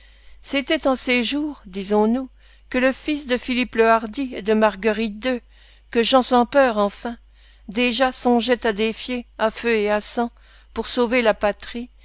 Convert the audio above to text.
c'était en ces jours disons-nous que le fils de philippe le hardi et de marguerite ii que jean sans peur enfin déjà songeait à défier à feu et à sang pour sauver la patrie